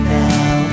now